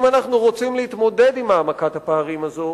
אם אנחנו רוצים להתמודד עם העמקת הפערים הזו